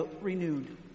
renewed